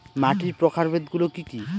মাটির প্রকারভেদ গুলো কি কী?